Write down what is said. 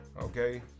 Okay